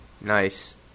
Nice